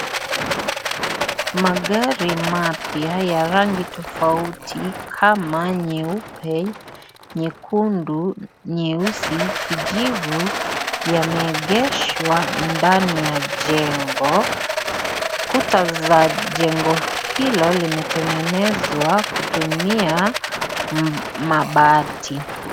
Marangi mapya ya rangi tofauti kama nyeupe , nyekundu, nyeusi , kijivu yameegeshwa ndani ya jengo. Kutabza jengo hilo limetengenezwa kutumia mabati.